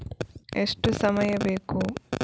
ಎಷ್ಟು ಸಮಯ ಬೇಕು?